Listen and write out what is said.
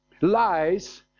lies